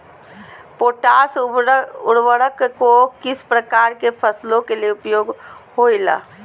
Potash उर्वरक को किस प्रकार के फसलों के लिए उपयोग होईला?